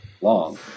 long